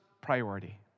priority